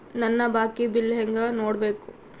ನನ್ನ ಬಾಕಿ ಬಿಲ್ ಹೆಂಗ ನೋಡ್ಬೇಕು?